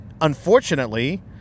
unfortunately